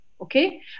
okay